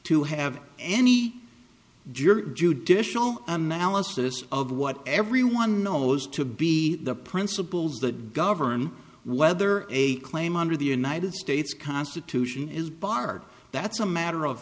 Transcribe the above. to have any juror judicial analysis of what everyone knows to be the principles that govern whether a claim under the united states constitution is barred that's a matter of